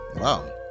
wow